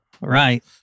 Right